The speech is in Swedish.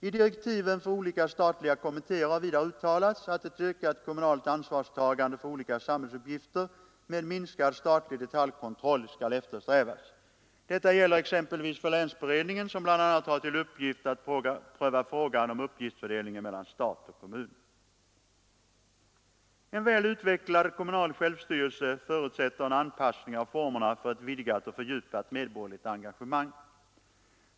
I direktiven för olika statliga kommittéer har vidare uttalats att ett ökat kommunalt ansvarstagande för olika samhällsuppgifter med minskad statlig detaljkontroll skall eftersträvas. Detta gäller exempelvis för länsberedningen som bl.a. har till uppgift att pröva frågan om uppgiftsfördelningen mellan stat och kommun. En väl utvecklad kommunal självstyrelse förutsätter en anpassning av formerna för ett vidgat och fördjupat medborgerligt engagemang.